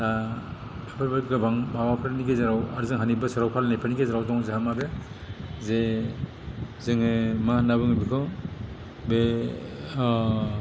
दा बेफोरबायदि गोबां माबाफोरनि गेजेराव आरो जोंहानि बोसोराव फालिनायफोरनि गेजेराव दं जाहा माबाया जे जोङो मा होनना बुङो बेखौ बे